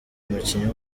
umukinnyi